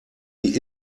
die